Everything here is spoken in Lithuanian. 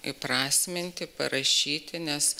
įprasminti parašyti nes